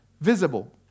visible